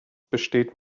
besteht